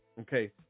Okay